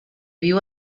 viu